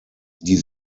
die